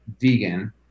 vegan